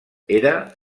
era